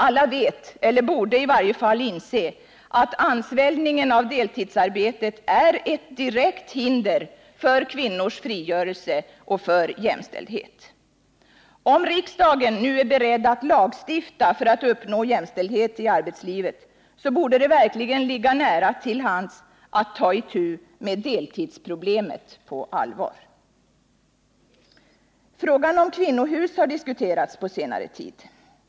Alla vet eller borde i varje fall veta, att ansvällningen av deltidsarbetet är ett direkt hinder för kvinnans frigörelse och jämställdhet. Om riksdagen nu är beredd att lagstifta för att uppnå jämställdhet i arbetslivet, borde det verkligen ligga nära till hands att ta itu med deltidsproblemet på allvar. Frågan om kvinnohus har diskuterats på senare tid.